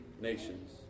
nations